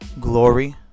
glory